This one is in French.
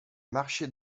marché